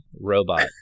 robot